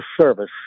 service